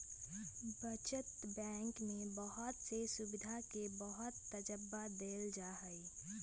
बचत बैंक में बहुत से सुविधा के बहुत तबज्जा देयल जाहई